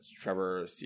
Trevor